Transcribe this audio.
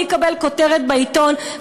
מי יקבל כותרת בעיתון,